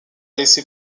laissé